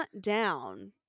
down